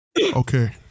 Okay